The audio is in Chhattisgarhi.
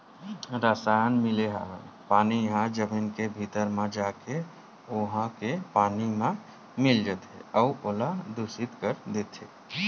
रसायन मिले हरय पानी ह जमीन के भीतरी म जाके उहा के पानी म मिल जाथे अउ ओला दुसित कर देथे